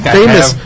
famous